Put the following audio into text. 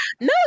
No